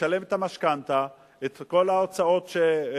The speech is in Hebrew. לשלם את המשכנתה, את כל ההוצאות שמתלוות,